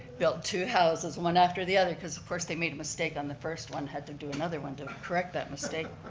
built two houses, one after the other because of course they made a mistake on the first one, and had to do another one to correct that mistake.